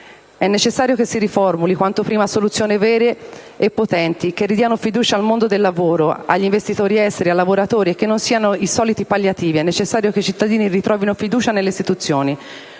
È necessario che si formulino quanto prima soluzioni vere e potenti che ridiano fiducia al mondo del lavoro, agli investitori esteri, ai lavoratori e che non siano i soliti palliativi. È necessario che i cittadini ritrovino fiducia nelle istituzioni.